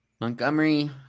Montgomery